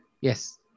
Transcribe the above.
Yes